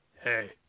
hey